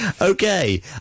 okay